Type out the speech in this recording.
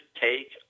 take